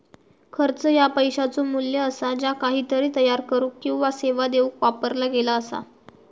खर्च ह्या पैशाचो मू्ल्य असा ज्या काहीतरी तयार करुक किंवा सेवा देऊक वापरला गेला असा